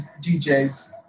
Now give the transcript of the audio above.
DJs